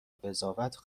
قضاوت